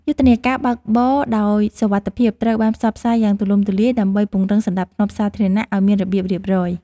យុទ្ធនាការបើកបរដោយសុវត្ថិភាពត្រូវបានផ្សព្វផ្សាយយ៉ាងទូលំទូលាយដើម្បីពង្រឹងសណ្ដាប់ធ្នាប់សាធារណៈឱ្យមានរបៀបរៀបរយ។